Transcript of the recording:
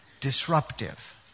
disruptive